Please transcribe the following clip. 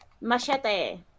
machete